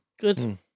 Good